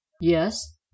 Yes